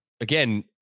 again